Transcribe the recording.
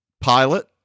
pilot